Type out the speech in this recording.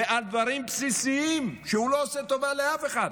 ודברים בסיסיים הוא לא עושה טובה לאף אחד,